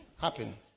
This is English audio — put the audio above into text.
Happen